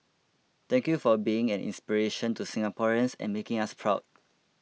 thank you for being an inspiration to Singaporeans and making us proud